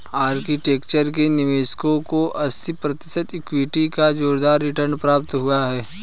architecture के निवेशकों को अस्सी प्रतिशत इक्विटी का जोरदार रिटर्न प्राप्त हुआ है